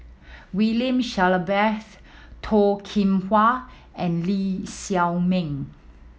William Shellabear's Toh Kim Hwa and Lee Shao Meng